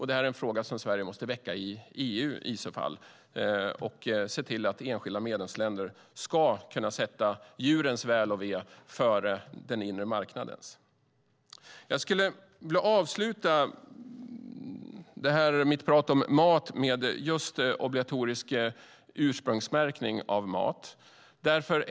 Det här är en fråga som Sverige i så fall måste väcka i EU. Enskilda medlemsländer ska kunna sätta djurens väl och ve före den inre marknadens. Jag vill avsluta mitt prat om mat med att säga något om obligatorisk ursprungsmärkning av mat.